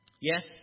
Yes